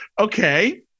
Okay